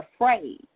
afraid